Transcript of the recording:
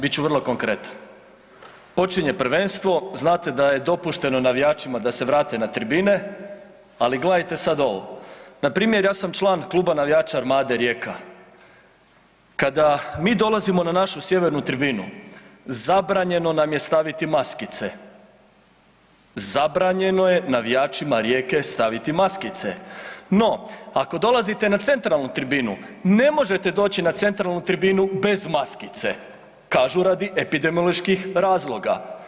Bit ću vrlo konkretan, počinje prvenstvo, znate da je dopušteno navijačima da se vrate na tribine, ali gledajte sad ovo, npr. ja sam član kluba navijača Armade Rijeka, kada mi dolazimo na našu sjevernu tribinu zabranjeno nam je staviti maskice, zabranjeno je navijačima Rijeke staviti maskice, no ako dolazite na centralnu tribinu ne možete doći na centralnu tribinu bez maskice, kažu radi epidemioloških razloga.